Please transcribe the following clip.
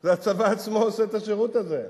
זה הצבא עצמו עושה את השירות הזה,